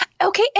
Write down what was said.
okay